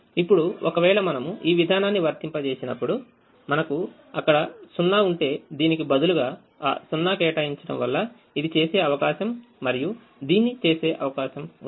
ఇప్పుడు ఒకవేళ మనము ఈ విధానాన్ని వర్తింపచేసినప్పుడు మనకు ఇక్కడ 0 ఉంటే దీనికి బదులుగా ఆ 0 కేటాయించడం వల్ల ఇది చేసే అవకాశం మరియు దీన్ని చేసే అవకాశం ఉంది